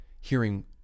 hearing